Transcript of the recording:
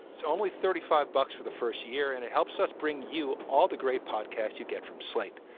it's only thirty five bucks for the first year and it helps us bring you all the great podcasts you get from slate.